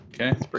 Okay